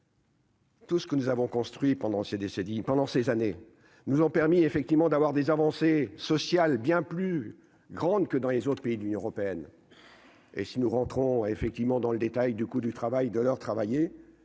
Tout ce que nous avons construit pendant ces dit pendant ces années nous ont permis effectivement d'avoir des avancées sociales bien plus grande que dans les autres pays de l'Union européenne et si nous rentrons à effectivement dans le détail du coût du travail de l'heure travaillée